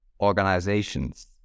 organizations